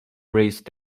raise